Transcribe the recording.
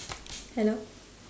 hello